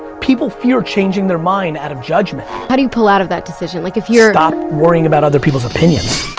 people fear changing their mind out of judgment. how do you pull out of that decision? like if you're stop worrying about other people's opinions.